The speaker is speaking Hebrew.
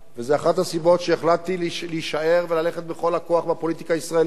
וזאת אחת הסיבות שהחלטתי להישאר וללכת בכל הכוח בפוליטיקה הישראלית,